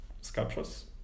sculptures